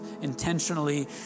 intentionally